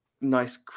nice